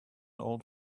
old